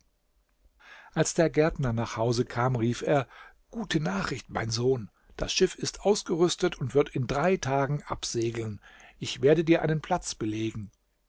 als der gärtner nach hause kam rief er gute nachricht mein sohn das schiff ist ausgerüstet und wird in drei tagen absegeln ich werde dir einen platz belegen